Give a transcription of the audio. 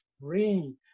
free